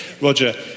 Roger